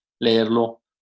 leerlo